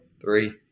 three